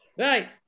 right